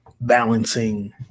balancing